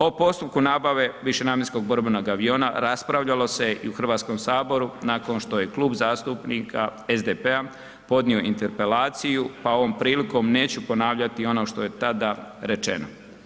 O postupku nabave višenamjenskog borbenog aviona, raspravljalo se i u HS-u nakon što je Klub zastupnika SDP-a podnio Interpelaciju pa ovom prilikom neću ponavljati ono što je tada rečeno.